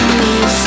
need